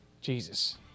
Jesus